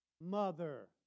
mother